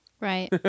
Right